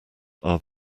are